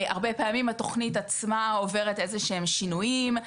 הרבה פעמים התוכנית עצמה עוברת איזשהם שינויים,